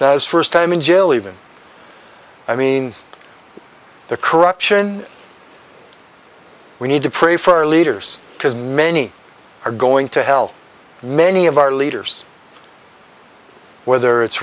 his first time in jail even i mean the corruption we need to pray for our leaders because many are going to help many of our leaders whether it's